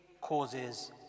causes